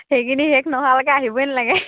সেইখিনি শেষ নহালৈকে আহিবই নেলাগে